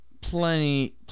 plenty